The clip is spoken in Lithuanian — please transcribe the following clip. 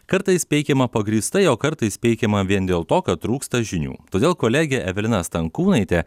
kartais peikiama pagrįstai o kartais peikiama vien dėl to kad trūksta žinių todėl kolegė evelina stankūnaitė